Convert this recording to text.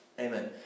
Amen